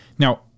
Now